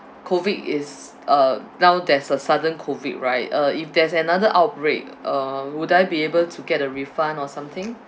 COVID is uh now there's a sudden COVID right uh if there's another outbreak uh would I be able to get a refund or something